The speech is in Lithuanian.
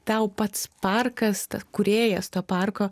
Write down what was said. tau pats parkas ta kūrėjas tuo parko